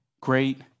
great